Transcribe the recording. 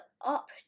up